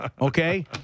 Okay